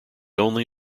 only